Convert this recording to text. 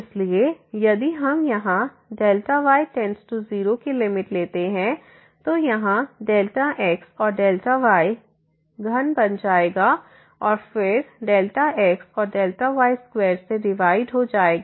इसलिए यदि हम यहाँ Δy→0 की लिमिट लेते हैं तो यहाँ Δx और Δyघन बन जाएगा और फिर Δx और y2से डिवाइड हो जाएगा